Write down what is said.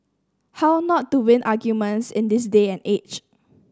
how not to win arguments in this day and age